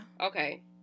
Okay